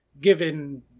given